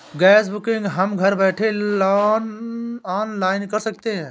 gas booking हम घर बैठे ऑनलाइन कर सकते है